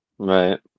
Right